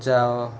ଯାଅ